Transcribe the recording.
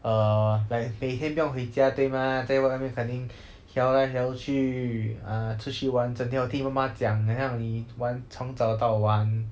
err like 每天不用回家对吗在外面肯定 hiao 来 hiao 去 uh 出去玩整天我听你妈妈讲好像你玩从早到晚